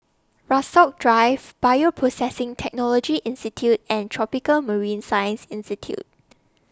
Rasok Drive Bioprocessing Technology Institute and Tropical Marine Science Institute